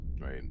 right